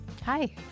Hi